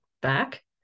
back